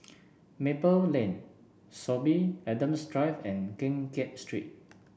Maple Lane Sorby Adams Drive and Keng Kiat Street